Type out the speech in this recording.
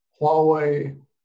Huawei